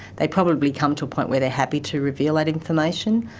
they probably come to a point where they're happy to reveal that information,